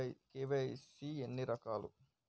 KYC ఎన్ని రకాలు?